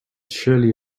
surely